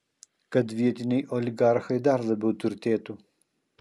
kad vietiniai oligarchai dar labiau turtėtų